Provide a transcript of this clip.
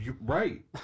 Right